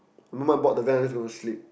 the moment I board the van I just gonna sleep